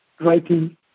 writing